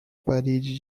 parede